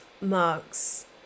marks